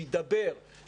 שידבר,